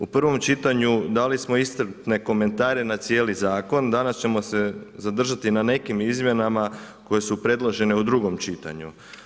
U prvom čitanju dali smo iscrpne komentare na cijeli zakon, danas ćemo se zadržati na nekim izmjenama koje su predložene u drugom čitanju.